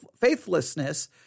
faithlessness